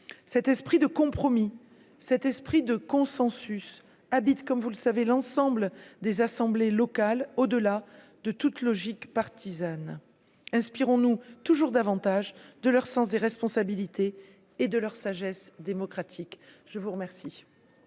cet esprit de compromis, cet esprit de consensus habite comme vous le savez, l'ensemble des assemblées locales, au-delà de toute logique partisane inspirons-nous toujours davantage de leur sens des responsabilités et de leur sagesse démocratique, je vous remercie.